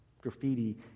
graffiti